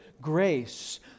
grace